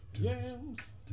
Yams